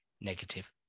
negative